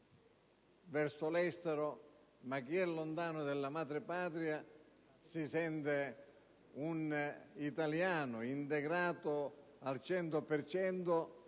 verso l'estero, ma chi è lontano dalla madrepatria si sente un italiano integrato al cento